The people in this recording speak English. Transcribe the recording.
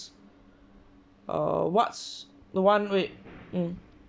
err what's one rate mm